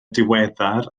diweddar